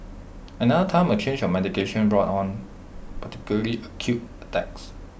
another time A change of medication brought on particularly acute attacks